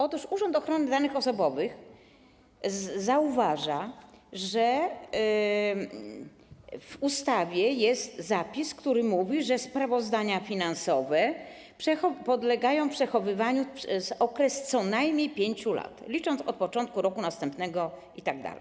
Otóż Urząd Ochrony Danych Osobowych zauważa, że w ustawie jest zapis, który mówi, że sprawozdania finansowe podlegają przechowywaniu przez okres co najmniej 5 lat, licząc od początku roku następnego itd.